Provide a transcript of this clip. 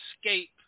Escape